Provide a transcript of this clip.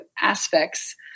aspects